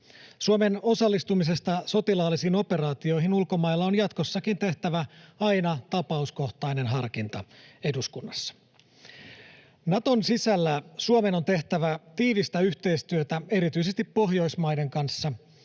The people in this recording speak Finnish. Suomen osallistumisesta sotilaallisiin operaatioihin ulkomailla on jatkossakin tehtävä aina tapauskohtainen harkinta eduskunnassa. Naton sisällä Suomen on tehtävä tiivistä yhteistyötä erityisesti Pohjoismaiden kanssa